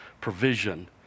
provision